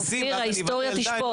אופיר, ההיסטוריה תשפוט.